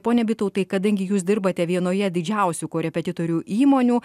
pone bitautai kadangi jūs dirbate vienoje didžiausių korepetitorių įmonių